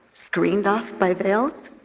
screened off by veils?